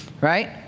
Right